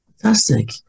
Fantastic